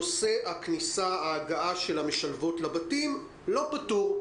נושא ההגעה של המשלבות לבתים לא פתור.